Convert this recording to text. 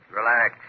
Relax